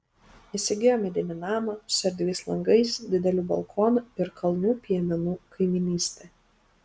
įsigijo medinį namą su erdviais langais dideliu balkonu ir kalnų piemenų kaimynyste